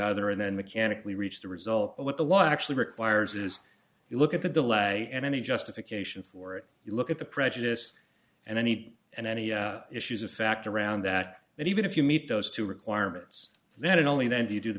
other and then mechanically reach the result of what the law actually requires is you look at the delay in any justification for it you look at the prejudice and any and any issues of fact around that and even if you meet those two requirements then and only then do you do the